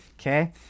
Okay